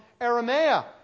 Aramea